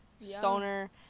stoner